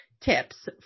tips